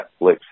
netflix